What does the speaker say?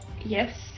Yes